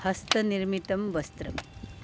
हस्तनिर्मितं वस्त्रम्